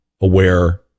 aware